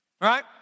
Right